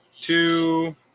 two